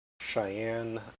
Cheyenne